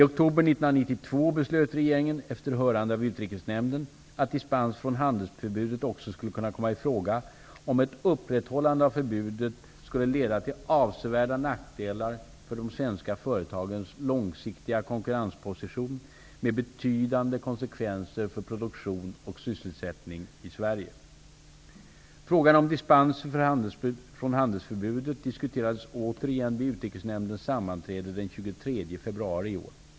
Utrikesnämnden, att dispens från handelsförbudet också skulle kunna komma i fråga om ett upprätthållande av förbudet skulle leda till avsevärda nackdelar för de svenska företagens långsiktiga konkurrensposition med betydande konsekvenser för produktion och sysselsättning i Frågan om dispenser från handelsförbudet diskuterades återigen vid Utrikesnämndens sammanträde den 23 februari i år.